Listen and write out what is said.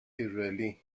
israelí